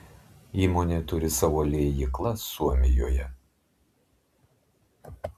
įmonė turi savo liejyklas suomijoje